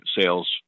sales